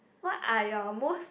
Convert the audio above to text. what are your most